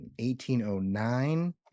1809